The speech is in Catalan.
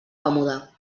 còmode